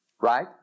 Right